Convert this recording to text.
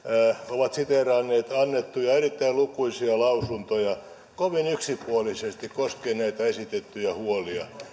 ovat siteeranneet annettuja erittäin lukuisia lausuntoja kovin yksipuolisesti koskien näitä esitettyjä huolia